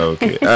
Okay